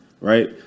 right